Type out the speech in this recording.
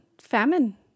Famine